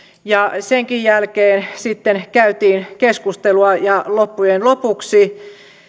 ja senkin jälkeen sitten käytiin keskustelua ja loppujen lopuksi